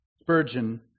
Spurgeon